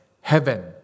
heaven